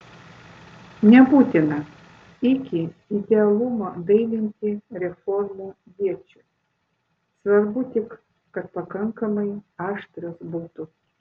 nebūtina iki idealumo dailinti reformų iečių svarbu tik kad pakankamai aštrios būtų